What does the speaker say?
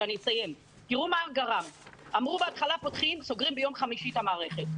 ואני אסיים: בהתחלה אמרו שסוגרים ביום חמישי את המערכת.